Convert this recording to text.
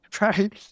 right